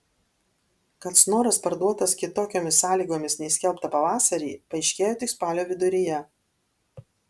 kad snoras parduotas kitokiomis sąlygomis nei skelbta pavasarį paaiškėjo tik spalio viduryje